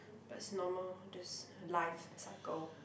but it's normal just life cycle